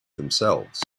themselves